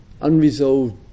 unresolved